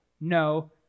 No